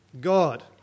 God